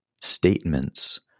statements